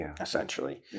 essentially